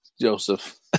Joseph